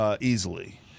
easily